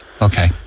Okay